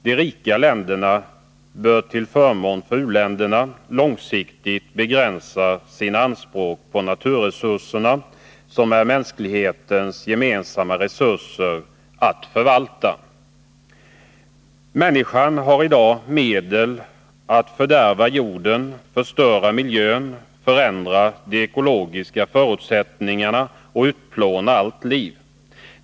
De rika länderna bör till förmån för u-länderna långsiktigt begränsa sina anspråk på naturresurserna, som mänskligheten har att gemensamt förvalta. Människan har i dag medel att fördärva jorden, förstöra miljön, förändra de ekologiska förutsättningarna och utplåna allt liv.